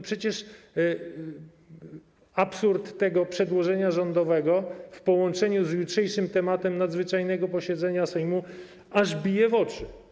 Przecież absurd tego przedłożenia rządowego w połączeniu z jutrzejszym tematem nadzwyczajnego posiedzenia Sejmu aż bije w oczy.